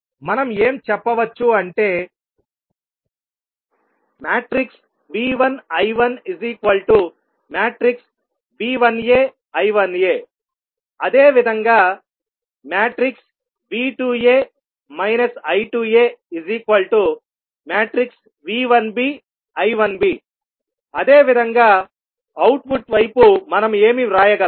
మనం ఏం చెప్పవచ్చు అంటే V1 I1 V1a I1a అదేవిధంగా V2a I2a V1b I1b అదేవిధంగా అవుట్పుట్ వైపు మనం ఏమి వ్రాయగలం